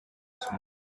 smoke